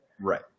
Right